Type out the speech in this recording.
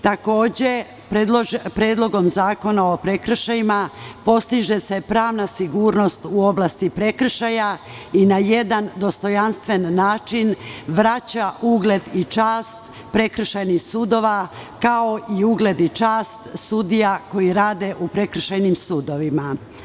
Takođe, Predlogom zakona o prekršajima postiže se pravna sigurnost u oblasti prekršaja i na jedan dostojanstven način vraća ugled i čast prekršajnih sudova, kao i ugled i čast sudija koji rade u prekršajnim sudovima.